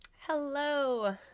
Hello